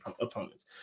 opponents